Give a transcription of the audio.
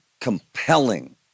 compelling